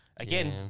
Again